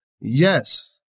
yes